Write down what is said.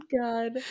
God